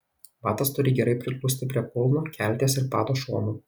batas turi gerai priglusti prie kulno kelties ir pado šonų